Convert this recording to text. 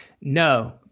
No